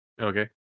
Okay